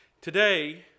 Today